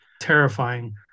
terrifying